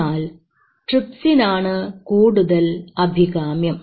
എന്നാൽ ട്രിപ്സിൻ ആണ് കൂടുതൽ അഭികാമ്യം